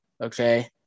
okay